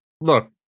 look